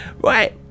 right